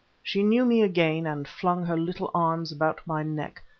she knew me again, and flung her little arms about my neck,